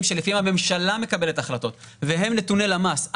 שלפיהם הממשלה מקבלת החלטות והם נתוני למ"ס.